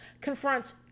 confronts